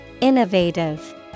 Innovative